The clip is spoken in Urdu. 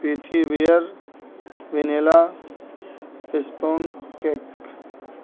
vanilla sponge cake